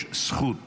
יש זכות